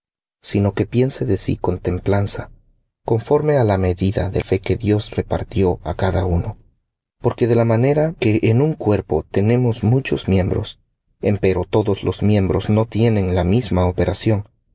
sino que piense de sí con templanza conforme á la medida de fe que dios repartió á cada uno porque de la manera que en un cuerpo tenemos muchos miembros empero todos los miembros no tienen la misma operación